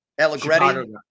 Allegretti